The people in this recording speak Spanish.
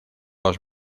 los